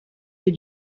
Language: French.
que